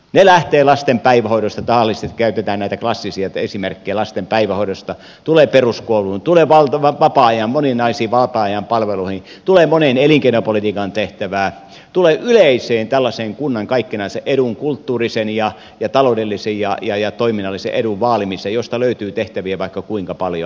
ne lähtevät lasten päivähoidosta tahallisesti käytetään näitä klassisia esimerkkejä tulevat peruskouluun tulevat moninaisiin vapaa ajan palveluihin tulevat moneen elinkeinopolitiikan tehtävään tulevat yleiseen kunnan kaikkinaisen edun kulttuurisen ja taloudellisen ja toiminnallisen edun vaalimiseen josta löytyy tehtäviä vaikka kuinka paljon